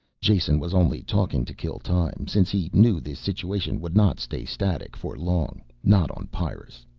jason was only talking to kill time, since he knew this situation would not stay static for long, not on pyrrus.